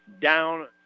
down